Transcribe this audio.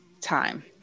time